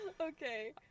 Okay